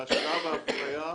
והשקעה באפליה,